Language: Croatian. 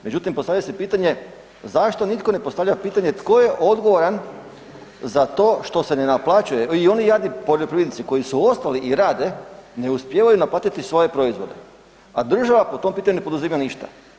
Međutim, postavlja se pitanje, zašto nitko ne postavlja pitanje tko je odgovoran za to što se ne naplaćuje i oni jadni poljoprivrednici koji su ostali i rade ne uspijevaju naplatiti svoje proizvode, a država po tom pitanju ne poduzima ništa.